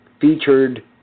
featured